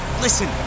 listen